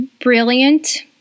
brilliant